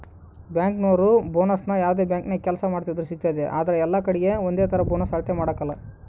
ಬ್ಯಾಂಕಿನೋರು ಬೋನಸ್ನ ಯಾವ್ದೇ ಬ್ಯಾಂಕಿನಾಗ ಕೆಲ್ಸ ಮಾಡ್ತಿದ್ರೂ ಸಿಗ್ತತೆ ಆದ್ರ ಎಲ್ಲಕಡೀಗೆ ಒಂದೇತರ ಬೋನಸ್ ಅಳತೆ ಮಾಡಕಲ